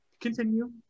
continue